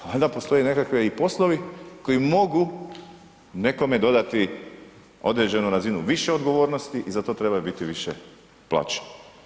Pa valjda postoje nekakvi i poslovi koji mogu nekome dodati određenu razinu više odgovornosti i za to trebaju biti više plaćeni.